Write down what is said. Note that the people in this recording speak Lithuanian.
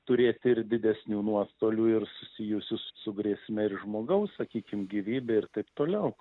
turėti ir didesnių nuostolių ir susijusius su grėsme ir žmogaus sakykim gyvybe ir taip toliau